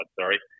sorry